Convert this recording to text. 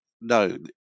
known